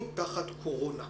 כיושב-ראש ועדת החינוך,